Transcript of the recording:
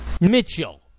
Mitchell